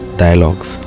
dialogues